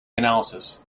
analysis